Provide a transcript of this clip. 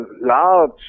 Large